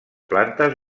plantes